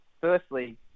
firstly